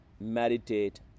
meditate